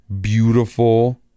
beautiful